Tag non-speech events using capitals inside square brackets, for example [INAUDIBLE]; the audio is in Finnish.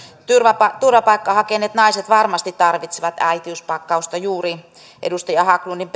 turvapaikkaa hakeneet naiset varmasti tarvitsevat äitiyspakkausta juuri edustaja haglundin [UNINTELLIGIBLE]